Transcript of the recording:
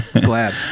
glad